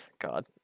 God